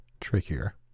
trickier